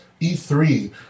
E3